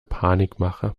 panikmache